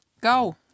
go